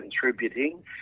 contributing